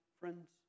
friends